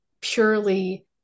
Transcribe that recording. purely